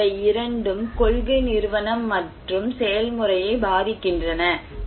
ஆனால் இவை இரண்டும் கொள்கை நிறுவனம் மற்றும் செயல்முறையை பாதிக்கின்றன